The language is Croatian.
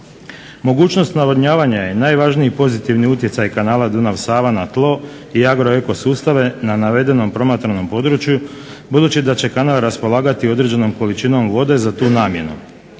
Mogućnost navodnjavanja je najvažniji pozitivniji utjecaj kanala Dunav-Sava na tlo i agro eko sustave na navedenom promatranom području, budući da će kanal raspolagati određenom količinom vode za tu namjenu.